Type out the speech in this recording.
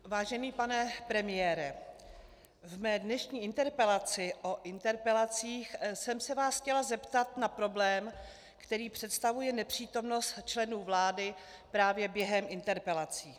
Vážený pane premiére, ve své dnešní interpelaci o interpelacích jsem se vás chtěla zeptat na problém, který představuje nepřítomnost členů vlády právě během interpelací.